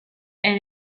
elle